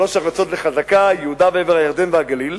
שלוש ארצות זו חזקה: יהודה ועבר הירדן והגליל.